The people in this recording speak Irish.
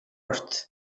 ort